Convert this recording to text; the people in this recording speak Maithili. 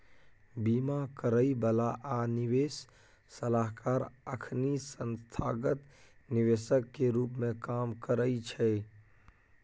बीमा करइ बला आ निवेश सलाहकार अखनी संस्थागत निवेशक के रूप में काम करइ छै